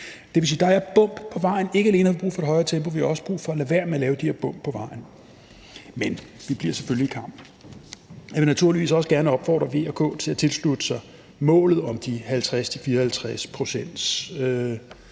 Det vil sige, at der er bump på vejen. Ikke alene har vi brug for et højere tempo; vi har også brug for at lade være med at lave de her bump på vejen. Men det bliver selvfølgelig en kamp. Jeg vil naturligvis også gerne opfordre V og K til at tilslutte sig målet om de 50-54 pct.